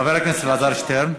חבר הכנסת אלעזר שטרן.